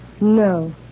No